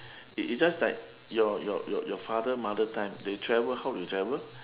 it it just like your your your father mother time they travel how they travel